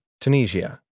Tunisia